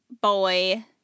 boy